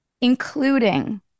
including